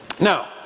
Now